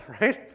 right